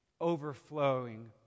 overflowing